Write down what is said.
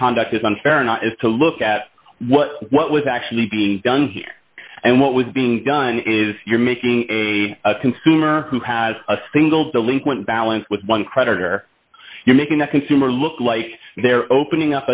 of conduct is unfair or not is to look at what what was actually being done here and what was being done is you're making a consumer who has a single delinquent balance with one creditor you're making the consumer look like they're opening